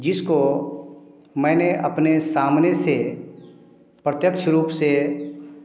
जिसको मैंने अपने सामने से प्रत्यक्ष रूप से